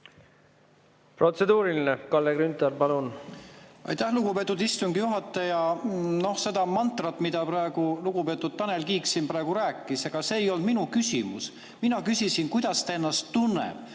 Protseduuriline, Kalle Grünthal, palun! Aitäh, lugupeetud istungi juhataja! See mantra, mida praegu lugupeetud Tanel Kiik siin praegu rääkis – ega see ei olnud vastus minu küsimusele. Mina küsisin, kuidas ta ennast tunneb.